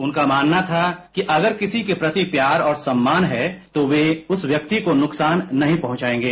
उनका मानना था कि अगर किसी के प्रति प्यार और सम्मान है तो वे उस व्यक्ति को नुकसान नहीं पहुंचाएंगे